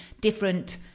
different